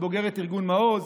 היא בוגרת ארגון מעוז,